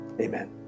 Amen